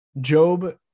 Job